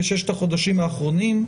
בששת החודשים האחרונים,